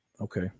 Okay